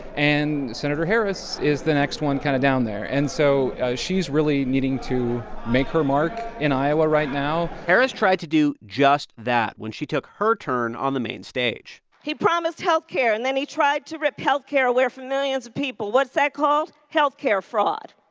and senator harris is the next one kind of down there. and so she's really needing to make her mark in iowa right now harris tried to do just that when she took her turn on the main stage he promised health care, and then he tried to rip health care away from millions of people. what's that called? health care fraud.